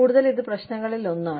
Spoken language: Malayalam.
കൂടാതെ ഇത് പ്രശ്നങ്ങളിലൊന്നാണ്